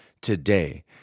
today